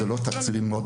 הם לא מאוד גדולים,